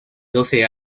doce